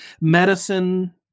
medicine